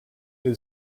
new